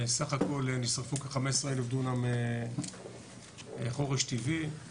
בסך הכל נשרפו כ-15,000 דונם חורש טבעי,